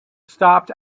stopped